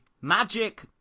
magic